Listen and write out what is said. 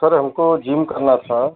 sir हमको gym करना था